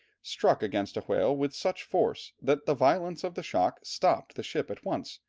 struck against a whale with such force that the violence of the shock stopped the ship at once,